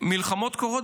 מלחמות קורות